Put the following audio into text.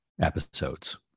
episodes